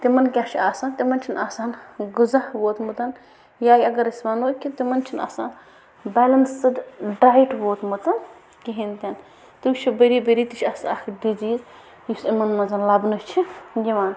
تِمَن کیٛاہ چھُ آسان تِمَن چھِنہٕ آسان غزا ووتمُت یا یہِ اَگر أسۍ وَنو کہِ تِمَن چھِنہٕ آسان بَلینسٕڈ ڈایِٹ ووتمُت کِہیٖنۍ تہِ نہٕ تُہۍ وٕچھِو بیٚری بیٚری تہِ چھِ اَسہِ اَکھ ڈِزیٖز یُس یِمَن منٛزَن لَبنہٕ چھِ یِوان